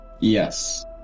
Yes